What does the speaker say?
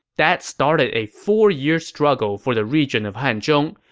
that started a four-year struggle for the region of hanzhong,